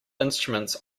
instruments